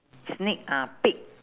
sneak ah pig